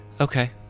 okay